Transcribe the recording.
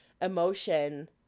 emotion